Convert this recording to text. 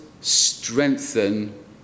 strengthen